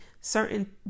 certain